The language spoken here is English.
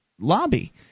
lobby